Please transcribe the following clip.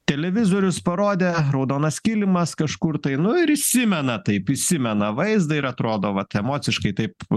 televizorius parodė raudonas kilimas kažkur tai nu ir įsimena tai prisimena vaizdą ir atrodo vat emociškai taip